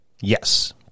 Yes